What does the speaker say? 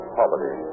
poverty